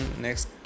next